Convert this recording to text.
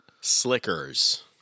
Slickers